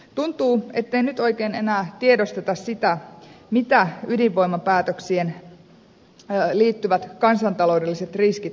tuntuu ettei nyt oikein enää tiedosteta sitä mitä ydinvoimapäätöksiin liittyvät kansantaloudelliset riskit aidosti ovat